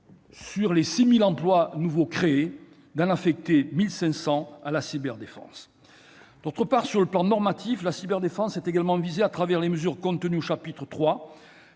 sur les 6 000 emplois nouveaux créés, d'en affecter 1 500 à la cyberdéfense. Par ailleurs, sur le plan normatif, la cyberdéfense est également visée au travers des mesures prévues au chapitre